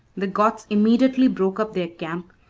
the goths immediately broke up their camp,